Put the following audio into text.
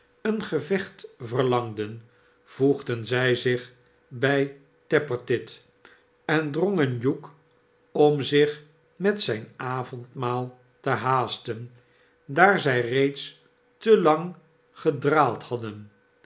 een gevecht verlangden voegden zij zich bij tappertit en drongen hugh om zich met zijn avondmaal te haasten daar zij reeds te lang gedraald hadden